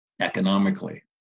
economically